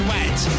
Wet